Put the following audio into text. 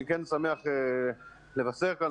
אני כן שמח לבשר כאן,